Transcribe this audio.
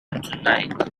tonight